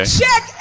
check